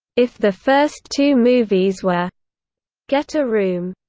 if the first two movies were get a room,